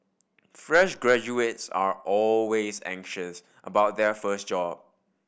fresh graduates are always anxious about their first job